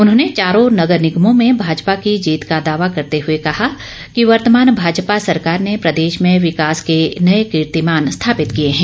उन्होंने चारों नगर निगमों में भाजपा की जीत का दावा करते हुए कहा कि वर्तमान भाजपा सरकार ने प्रदेश में विकास के नए कीर्तिमान स्थापित किए हैं